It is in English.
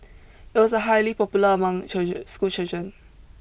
it was a highly popular among children school children